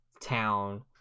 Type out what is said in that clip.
town